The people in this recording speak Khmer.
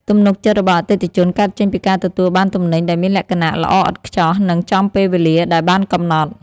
ទំនុកចិត្តរបស់អតិថិជនកើតចេញពីការទទួលបានទំនិញដែលមានលក្ខណៈល្អឥតខ្ចោះ និងចំពេលវេលាដែលបានកំណត់។